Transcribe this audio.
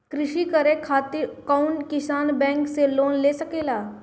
कृषी करे खातिर कउन किसान बैंक से लोन ले सकेला?